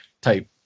type